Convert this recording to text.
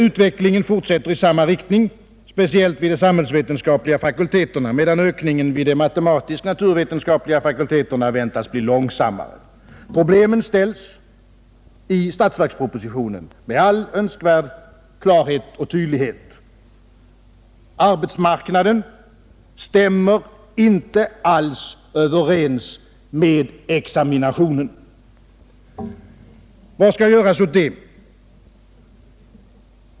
Utvecklingen fortsätter i samma riktning, speciellt vid de samhällsvetenskapliga fakulteterna, medan ökningen vid de matematisk-naturvetenskapliga fakulteterna förväntas bli långsammare. Problemen framställs i statsverkspropositionen med all önskvärd klarhet och tydlighet. Arbetsmarknaden stämmer inte alls överens med examinationen. Vad skall göras åt det?